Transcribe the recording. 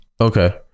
Okay